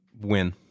win